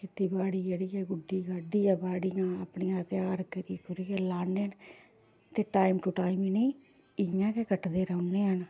खेतीबाड़ी जेह्ड़ी ऐ गुड्डी गाड्डियै बाड़ियां अपनियां त्यार करी कुरियै लान्ने ते टाइम टू टाइम इनेंगी इ'यां गै कटदे रौह्नने आं